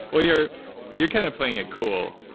well you're you're kind of playing it cool.